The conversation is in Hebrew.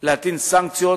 להטיל סנקציות